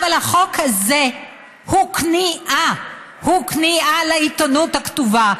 אבל החוק הזה הוא כניעה לעיתונות הכתובה.